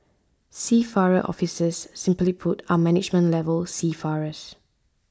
seafarer officers simply put are management level seafarers